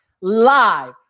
live